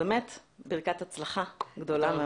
ברכת הצלחה גדולה.